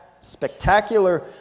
spectacular